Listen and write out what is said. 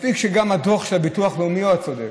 מספיק שגם הדוח של הביטוח הלאומי הוא הצודק.